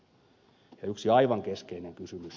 ja yksi aivan keskeinen kysymys